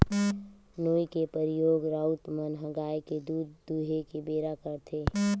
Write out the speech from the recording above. नोई के परियोग राउत मन ह गाय के दूद दूहें के बेरा करथे